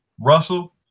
Russell